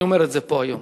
אני אומר את זה פה היום,